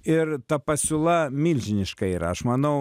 ir ta pasiūla milžiniška yra aš manau